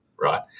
right